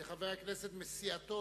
לחבר הכנסת מסיעתו,